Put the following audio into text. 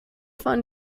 von